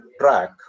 track